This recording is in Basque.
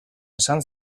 esan